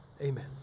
amen